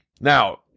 Now